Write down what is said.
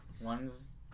One's